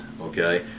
Okay